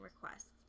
requests